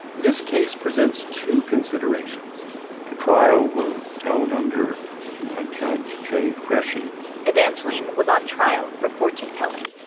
this case presents two considerations the trial was held under judge j. freschi evangeline was on trial for fortune telling.